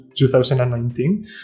2019